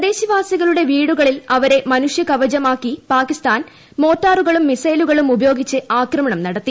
പ്രദേശവാസികളുടെ വീടുകളിൽ അവരെ മനുഷ്യകവചമാക്കി പാക്സ്സ്ക്യ്ൻ മോർട്ടാറുകളും മിസൈലുകളും ഉപയോഗിച്ച് നടത്തി